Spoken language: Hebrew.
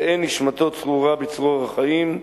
תהא נשמתו צרורה בצרור החיים,